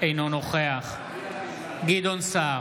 אינו נוכח גדעון סער,